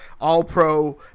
All-Pro